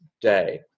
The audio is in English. day